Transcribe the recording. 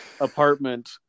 apartment